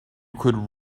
could